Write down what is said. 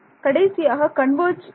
கடைசியாக கன்வெர்ஜ் இல்லை